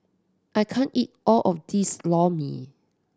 I can't eat all of this Lor Mee